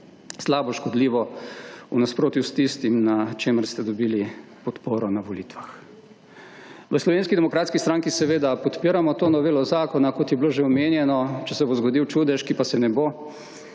Slabo, škodljivo, v nasprotju s tistim, na čemer ste dobili podporo na volitvah. V Slovenski demokratski stranki seveda podpiramo to novelo zakona, kot je bilo že omenjeno, če se bo zgodil čudež, ki pa se ne bo,